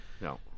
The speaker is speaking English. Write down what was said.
No